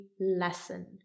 lesson